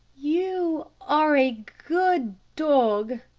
you are a good dog,